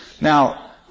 Now